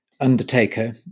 undertaker